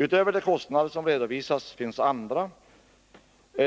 Utöver de kostnader som redovisats finns det andra kostnader.